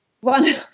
one